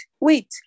wait